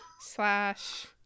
slash